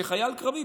וחייל קרבי,